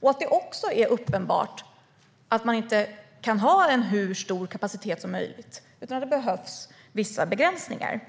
Det är också uppenbart att man inte kan ha hur stor kapacitet som helst, utan det behövs vissa begränsningar.